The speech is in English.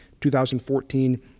2014